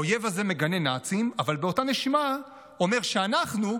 האויב הזה מגנה נאצים אבל באותה נשימה אומר שאנחנו,